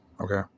Okay